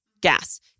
gas